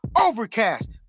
Overcast